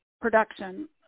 production